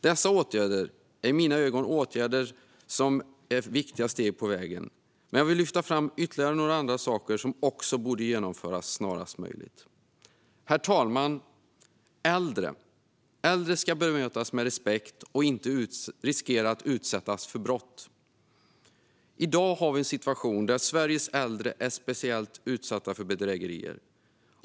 Dessa åtgärder är i mina ögon viktiga steg på vägen, men jag vill lyfta fram ytterligare några saker som också borde genomföras snarast möjligt. Herr talman! Äldre ska bemötas med respekt och inte riskera att utsättas för brott. I dag har vi en situation där Sveriges äldre är speciellt utsatta för bedrägerier.